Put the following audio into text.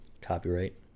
copyright